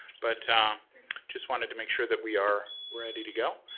but just wanted to make sure that we are ready to go.